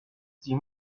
sie